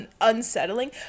unsettling